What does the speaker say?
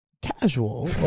casual